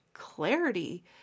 clarity